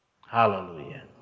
Hallelujah